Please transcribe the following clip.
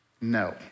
No